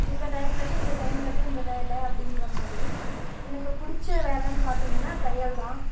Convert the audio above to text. இந்த டைம்லேருந்து இந்த டைம் வர்லியும் இந்த வேலை அப்படின்ற மாதிரி எனக்கு பிடிச்ச வேலைன்னு பார்த்திங்கன்னா தையல்தான்